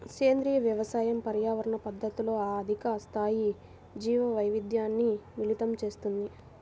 సేంద్రీయ వ్యవసాయం పర్యావరణ పద్ధతులతో అధిక స్థాయి జీవవైవిధ్యాన్ని మిళితం చేస్తుంది